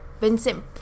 Vincent